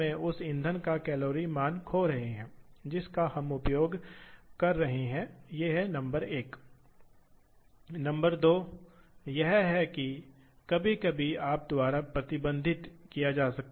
इसलिए यह उल्लेख करने की आवश्यकता है कि क्या सर्कल को दक्षिणावर्त में खींचा जाना है या तदनुसार घड़ी की दिशा विरोधी है या तो यह एक या यह निर्मित किया जाएगा